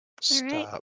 Stop